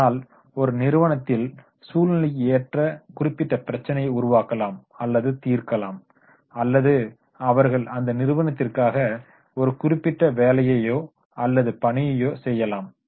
ஆனால் ஒரு நிறுவனத்தில் சூழ்நிலைக்கு ஏற்ற குறிப்பிட்ட பிரச்சனையை உருவாக்கலாம் அல்லது தீர்க்கலாம் அல்லது அவர்கள் அந்த நிறுவனத்திற்காக ஒரு குறிப்பிட்ட வேலையையோ அல்லது பணியையோ செய்யலாம்